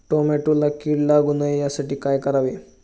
टोमॅटोला कीड लागू नये यासाठी काय करावे?